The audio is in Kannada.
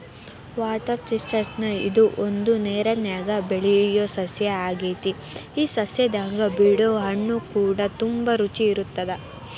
ವಾಟರ್ ಚಿಸ್ಟ್ನಟ್ ಇದು ಒಂದು ನೇರನ್ಯಾಗ ಬೆಳಿಯೊ ಸಸ್ಯ ಆಗೆತಿ ಈ ಸಸ್ಯದಾಗ ಬಿಡೊ ಹಣ್ಣುಕೂಡ ತುಂಬಾ ರುಚಿ ಇರತ್ತದ